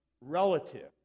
relative